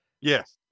yes